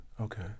Okay